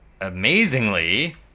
amazingly